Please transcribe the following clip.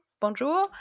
bonjour